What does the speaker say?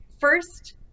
First